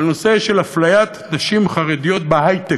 בנושא של אפליית נשים חרדיות בהיי-טק.